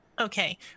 Okay